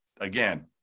again